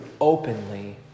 openly